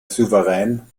souverän